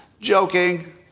Joking